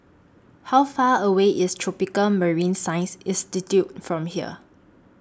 How Far away IS Tropical Marine Science Institute from here